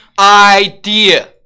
idea